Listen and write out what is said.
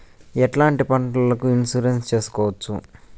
ఎట్లాంటి పంటలకు ఇన్సూరెన్సు చేసుకోవచ్చు?